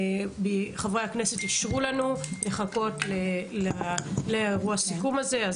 חברי הכנסת אישרו לנו לחכות לאירוע הסיכום הזה.